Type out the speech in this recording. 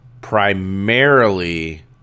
primarily